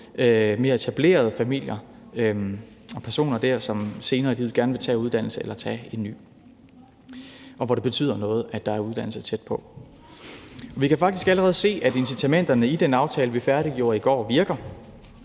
mere etablerede familier og personer dér, som senere i livet gerne vil tage en uddannelse eller tage en ny, og hvor det betyder noget, at der er uddannelser tæt på. Vi kan faktisk allerede se, at incitamenterne i den aftale, vi færdiggjorde i går, virker.